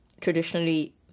traditionally